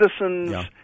citizens